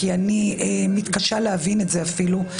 אני מתקשה אפילו להבין את זה,